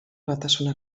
batasuna